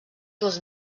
dels